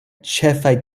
ĉefaj